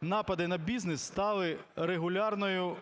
напади на бізнес стали регулярною